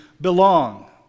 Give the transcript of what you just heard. belong